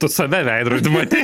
tu save veidrody matei